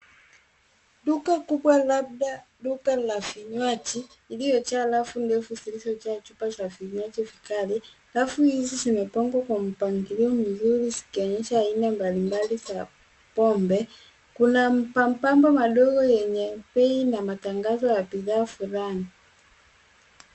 Duka kubwa, labda duka la vinywaji iliyojaa rafu ndefu zilizojaa chupa za vinywaji vikali . Rafu hizi zimepangwa kwa mpangilio mzuri zikionyesha aina mbalimbali za pombe. Kuna mabango madogo yenye bei ya matangazo ya bidhaa fulani.